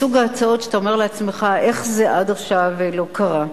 היא מסוג ההצעות שאתה אומר לעצמך: איך עד עכשיו זה לא קרה?